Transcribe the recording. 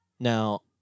Now